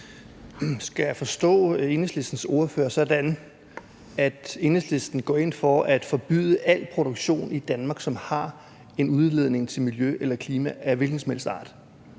Skal jeg forstå Enhedslistens ordfører sådan, at Enhedslisten går ind for at forbyde al produktion i Danmark, som har en udledning til miljø eller klima, af hvilken som helst art?